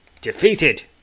defeated